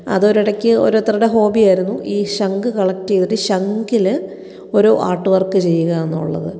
അത് ഒരിടക്ക് ഓരോരുത്തരുടെ ഹോബിയായിരുന്നു ഈ ശംഖ് കളക്റ്റ് ചെയ്തിട്ട് ശംഖിൽ ഓരോ ആര്ട്ട് വര്ക്ക് ചെയ്യുക എന്നുള്ളത്